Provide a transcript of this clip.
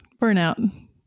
Burnout